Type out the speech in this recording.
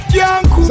young